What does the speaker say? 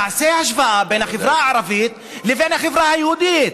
תעשו השוואה בין החברה ערבית לבין החברה היהודית.